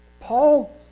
Paul